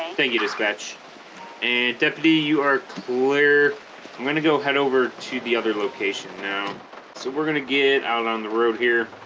thank you dispatch and deputy you are clear i'm gonna go head over to the other location now so we're gonna get out on the road here